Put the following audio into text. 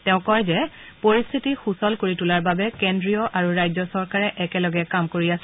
তেওঁ কয় যে পৰিস্থিতি সুচল কৰি তোলাৰ বাবে কেন্দ্ৰীয় আৰু ৰাজ্যচৰকাৰে একেলগে কাম কৰি আছে